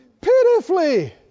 pitifully